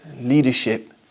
leadership